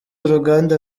uruganda